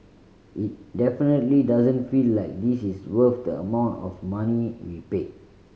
it definitely doesn't feel like this is worth the amount of money we paid